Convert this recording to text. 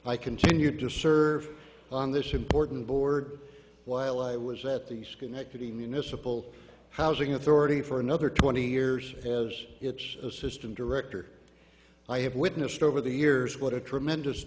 i continued to serve on this important board while i was at the schenectady new miscible housing authority for another twenty years as its assistant director i have witnessed over the years what a tremendous